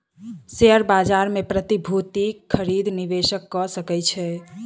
share बाजार मे प्रतिभूतिक खरीद निवेशक कअ सकै छै